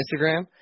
Instagram